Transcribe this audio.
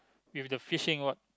if the fishing what